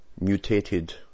mutated